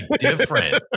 different